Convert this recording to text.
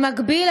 במקביל,